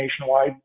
Nationwide